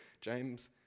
James